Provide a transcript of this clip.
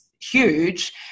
huge